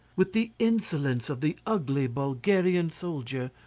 with the insolence of the ugly bulgarian soldier,